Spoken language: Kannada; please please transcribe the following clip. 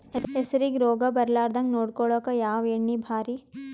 ಹೆಸರಿಗಿ ರೋಗ ಬರಲಾರದಂಗ ನೊಡಕೊಳುಕ ಯಾವ ಎಣ್ಣಿ ಭಾರಿ?